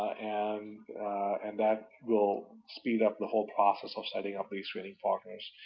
and and that will speed up the whole process of setting up these training partners.